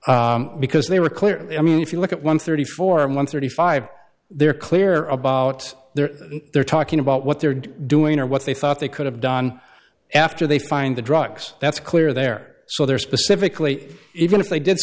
situation because they were clear i mean if you look at one thirty four and one thirty five they're clear about their they're talking about what they're doing or what they thought they could have done after they find the drugs that's clear there so they're specifically even if they did